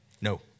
No